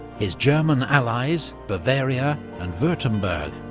his german allies, bavaria and wurtemberg,